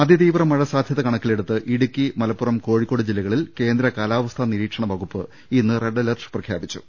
അതിതീവ്ര മഴ സാധ്യത കണക്കിലെടുത്ത് ഇടുക്കി മലപ്പുറം കോഴി ക്കോട് ജില്ലകളിൽ കേന്ദ്ര കാലാവസ്ഥ നിരീക്ഷണവകുപ്പ് ഇന്ന് റെഡ് അലർട്ട് പ്രഖ്യാപിച്ചു